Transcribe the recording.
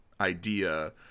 idea